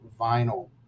Vinyl